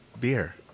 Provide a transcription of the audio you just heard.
beer